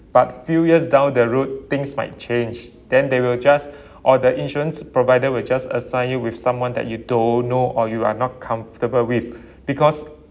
but few years down the road things might change then they will just or the insurance provider will just assign you with someone that you don't know or you are not comfortable with because